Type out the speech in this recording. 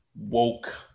woke